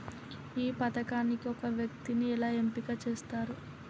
ఈ పథకానికి ఒక వ్యక్తిని ఎలా ఎంపిక చేస్తారు?